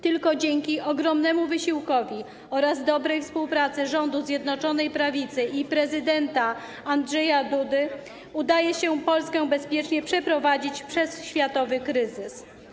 Tylko dzięki ogromnemu wysiłkowi oraz dobrej współpracy rządu Zjednoczonej Prawicy i prezydenta Andrzeja Dudy udaje się Polskę bezpiecznie przeprowadzić przez światowy kryzys.